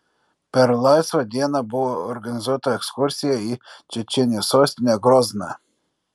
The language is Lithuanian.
per laisvą dieną buvo organizuota ekskursija į čečėnijos sostinę grozną